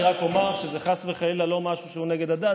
אני רק אומר שזה חס וחלילה לא משהו שהוא נגד הדת.